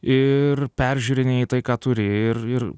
ir peržiūrinėji tai ką turi ir ir